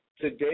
Today